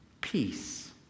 peace